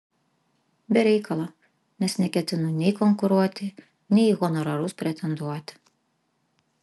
be reikalo nes neketinu nei konkuruoti nei į honorarus pretenduoti